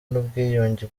n’ubwiyunge